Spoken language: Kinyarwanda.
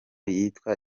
yitwa